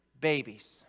babies